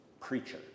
preacher